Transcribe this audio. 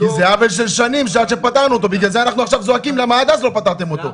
זה עוול של שנים שאנחנו עכשיו זועקים למה אז לא פתרתם אותו.